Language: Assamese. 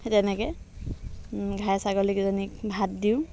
সেই তেনেকৈ ঘাই ছাগলীকেইজনীক ভাত দিওঁ